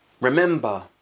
Remember